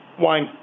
Wine